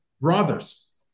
brothers